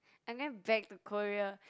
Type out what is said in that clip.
I'm going back to Korea